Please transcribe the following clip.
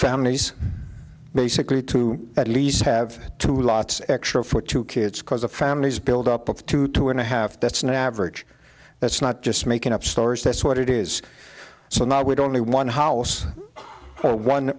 families basically to at least have two lots extra for two kids cause the families build up with two two and a half that's an average that's not just making up stories that's what it is so now would only one house one one